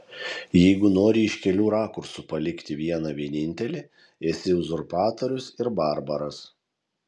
jeigu nori iš kelių rakursų palikti vieną vienintelį esi uzurpatorius ir barbaras